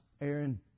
Aaron